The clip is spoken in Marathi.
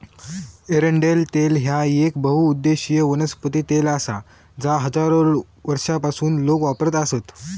एरंडेल तेल ह्या येक बहुउद्देशीय वनस्पती तेल आसा जा हजारो वर्षांपासून लोक वापरत आसत